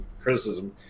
criticism